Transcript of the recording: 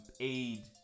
aid